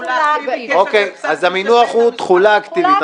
אז המינוח הוא "תחולה אקטיבית".